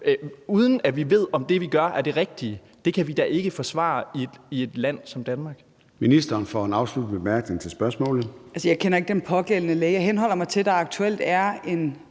uden at vi ved, om det, vi gør, er det rigtige. Det kan vi da ikke forsvare i et land som Danmark.